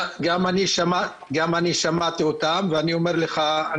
גם אני שמעתי אותם ואני אומר לך,